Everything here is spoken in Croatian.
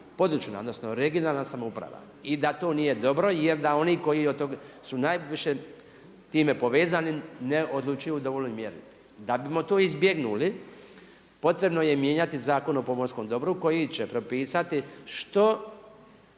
područna odnosno regionalna samouprave i da to nije dobro jer da oni koji su time najviše povezani ne odlučuju u dovoljnoj mjeri. Da bimo to izbjegnuli potrebno je mijenjati Zakon o pomorskom dobru koji će propisati što